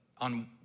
on